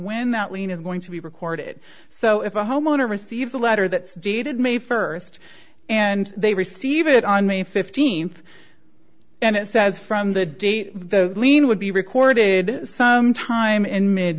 when that lien is going to be recorded so if a homeowner receives a letter that dated may first and they receive it on may fifteenth and it says from the date the lien would be recorded some time in mid